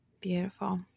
Beautiful